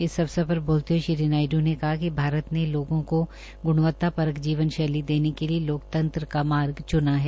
इस अवसर पर बोलते हये श्री नायड़ ने कहा कि भारत ने लोगों को गुणवत्ता परक जीवन शैली देने के लिए लोकतंत्र का मार्ग च्ना है